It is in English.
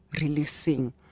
releasing